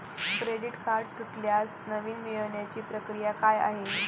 Credit card तुटल्यास नवीन मिळवण्याची प्रक्रिया काय आहे?